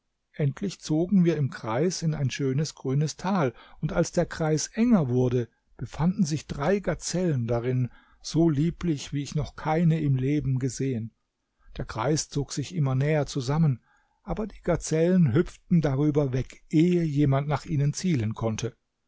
endlich zogen wir im kreis in ein schönes grünes tal und als der kreis enger wurde befanden sich drei gazellen darin so lieblich wie ich noch keine im leben gesehen der kreis zog sich immer näher zusammen aber die gazellen hüpften darüber weg ehe jemand nach ihnen zielen konnte